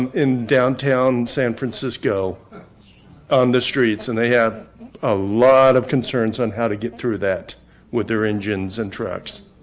in downtown san francisco on the streets. and they have a lot of concerns on how to get through that with their engines and trucks.